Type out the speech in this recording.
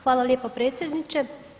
Hvala lijepo predsjedniče.